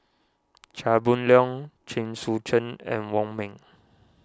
Chia Boon Leong Chen Sucheng and Wong Ming